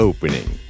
Opening